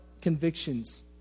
convictions